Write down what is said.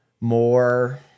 more